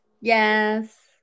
Yes